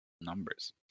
Numbers